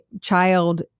child